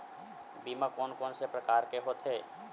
बीमा कोन कोन से प्रकार के होथे?